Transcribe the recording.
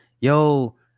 yo